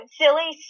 silly